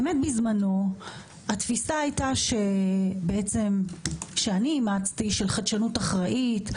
בזמנו התפיסה שאני אימצתי הייתה של חדשנות אחראית,